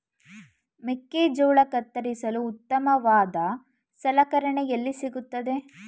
ಮೆಕ್ಕೆಜೋಳ ಕತ್ತರಿಸಲು ಉತ್ತಮವಾದ ಸಲಕರಣೆ ಎಲ್ಲಿ ಸಿಗುತ್ತದೆ?